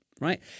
right